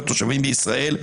התושבים בישראל,